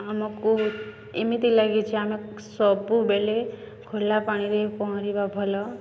ଆମକୁ ଏମିତି ଲାଗେ ଯେ ଆମେ ସବୁବେଳେ ଖୋଲା ପାଣିରେ ପହଁରିବା ଭଲ